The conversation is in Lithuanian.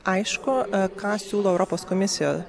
aišku ką siūlo europos komisija